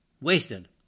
wasted